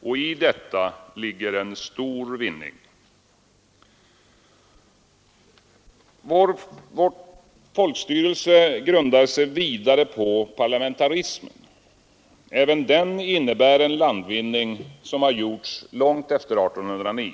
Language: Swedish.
och i detta ligger en stor vinning. Vår folkstyrelse grundar sig vidare på parlamentarismen. Även den innebär en landvinning som gjorts långt efter 1809.